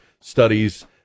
studies